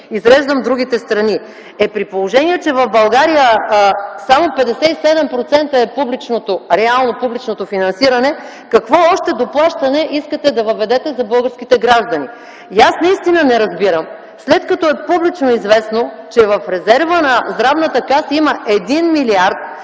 изреждам другите страни. При положение че в България реално публичното финансиране е само 57%, какво още доплащане искате да въведете за българските граждани? Наистина не разбирам, след като е публично известно, че в резерва на Здравната каса има над